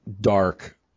dark